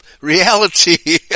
reality